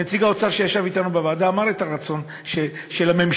נציג האוצר שישב אתנו בוועדה אמר מה הרצון של הממשלה.